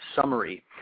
Summary